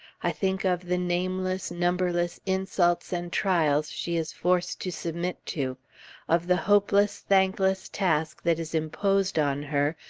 i think of the nameless, numberless insults and trials she is forced to submit to of the hopeless, thankless task that is imposed on her,